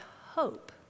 hope